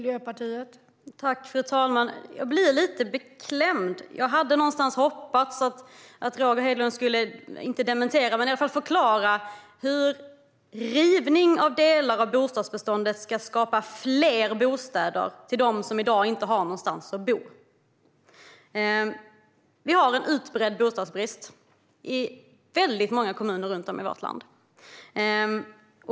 Fru talman! Jag blir lite beklämd. Jag hoppades någonstans att Roger Hedlund skulle om inte dementera i alla fall förklara hur rivning av delar av bostadsbeståndet ska skapa fler bostäder till dem som i dag inte har någonstans att bo. Vi har en utbredd bostadsbrist i väldigt många kommuner runt om i vårt land.